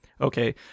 Okay